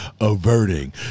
averting